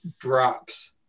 drops